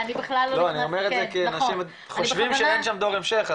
אני אומר את זה כי אנשים חושבים שאין שם דור המשך,